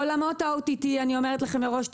אני אומרת לכם מראש,